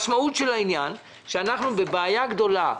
אנחנו בבעיה גדולה.